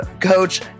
coach